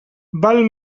val